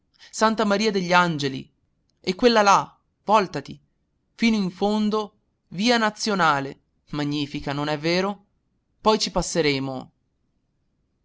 santa maria degli angeli e quella là voltati fino in fondo via nazionale magnifica non è vero poi ci passeremo